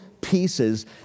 pieces